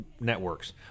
networks